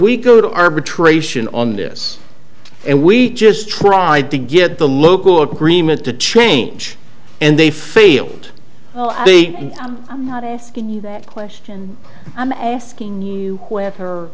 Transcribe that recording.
we go to arbitration on this and we just tried to get the local agreement to change and they failed the i'm not asking you that question i'm asking you with her